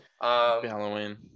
halloween